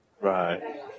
right